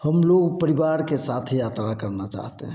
हम लोग परिवार के साथ यात्रा करना चाहते हैं